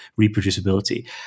reproducibility